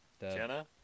Jenna